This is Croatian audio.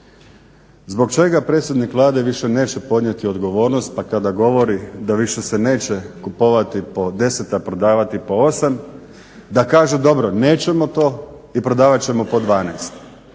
Zbog čega predsjednik Vlade više neće podnijeti odgovornost pa kada govori da se više neće kupovati po 10, a prodavati po 8 da kaže dobro, nećemo to i prodavati ćemo po 12,